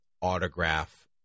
autograph